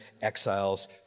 exiles